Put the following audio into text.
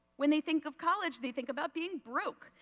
when they think of college, they think about being broke.